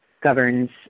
governs